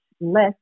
less